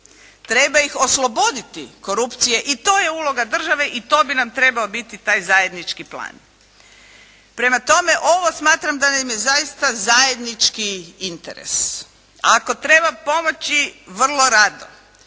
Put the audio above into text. Treba ih osloboditi korupcije i to je uloga države i to bi nam trebao biti taj zajednički plan. Prema tome ovo smatram da nam je zaista zajednički interes. Ako treba pomoći vrlo rado.